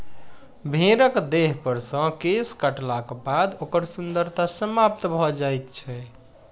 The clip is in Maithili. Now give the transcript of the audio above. भेंड़क देहपर सॅ केश काटलाक बाद ओकर सुन्दरता समाप्त भ जाइत छै